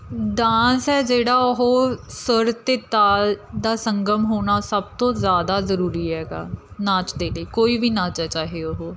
dance ਹੈ ਜਿਹੜਾ ਉਹ ਸੁਰ ਅਤੇ ਤਾਲ ਦਾ ਸੰਗਮ ਹੋਣਾ ਸਭ ਤੋਂ ਜ਼ਿਆਦਾ ਜ਼ਰੂਰੀ ਹੈਗਾ ਨਾਚ ਦੇ ਲਈ ਕੋਈ ਵੀ ਨਾਚ ਹੈ ਚਾਹੇ ਉਹ